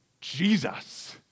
Jesus